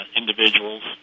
individuals